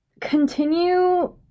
continue